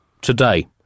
today